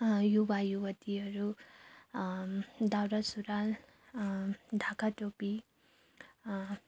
युवा युवतीहरू दौरा सुरुवाल ढाका टोपी